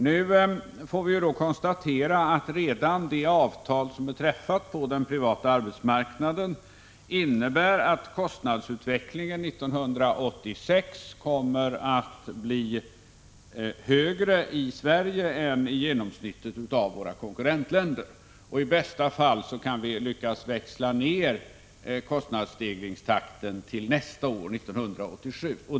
Vi kan emellertid konstatera att redan det avtal som är träffat på den privata arbetsmarknaden innebär att kostnadsutvecklingen 1986 kommer att bli högre när det gäller Sverige än när det gäller genomsnittet av våra konkurrentländer. I bästa fall kan vi lyckas växla ner kostnadsstegringstakten till nästa år, alltså 1987.